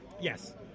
Yes